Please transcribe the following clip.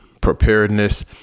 preparedness